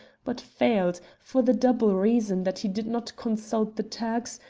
but failed, for the double reason that he did not consult the turks,